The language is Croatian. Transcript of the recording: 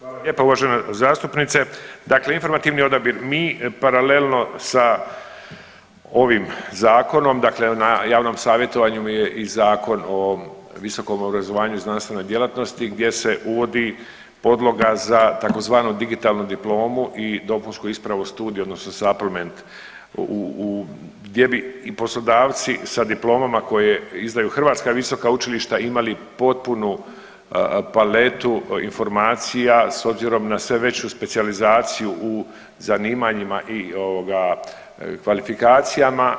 Hvala lijepa uvažena zastupnice, dakle informativni odabir mi paralelno sa ovim zakonom dakle, na javnom savjetovanju je i Zakon o visokom obrazovanju i znanstvenoj djelatnosti gdje se uvodi podloga za tzv. digitalnu diplomu i dopunsku ispravu o studiju odnosno … u, u, gdje bi i poslodavci sa diplomama koje izdaju hrvatska visoka učilišta imali potpunu paletu informacija s obzirom na sve veću specijalizaciju u zanimanjima i ovoga kvalifikacijama